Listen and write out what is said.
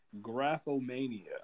Graphomania